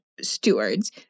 stewards